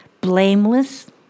blameless